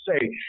say